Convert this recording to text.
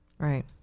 Right